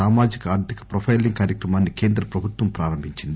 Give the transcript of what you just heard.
సామాజిక ఆర్టిక ప్రొపైలింగ్ కార్యక్రమాన్ని కేంద్ర ప్రభుత్వం ప్రారంభించింది